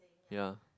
yea